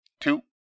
two